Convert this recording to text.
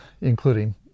including